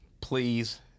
Please